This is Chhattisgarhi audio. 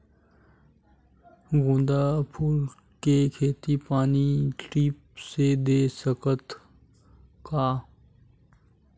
गेंदा फूल के खेती पानी ड्रिप से दे सकथ का?